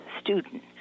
student